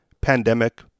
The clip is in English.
pandemic